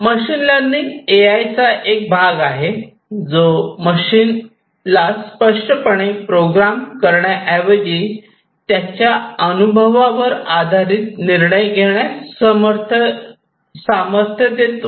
machine learning एआयचा एक भाग आहे जो मशीनला स्पष्टपणे प्रोग्राम करण्याऐवजी त्यांच्या अनुभवावर आधारित निर्णय घेण्यास सामर्थ्य देतो